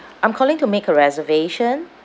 I'm calling to make a reservation